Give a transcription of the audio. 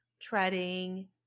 treading